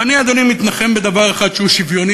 ואני, אדוני, מתנחם בדבר אחד שהוא שוויוני,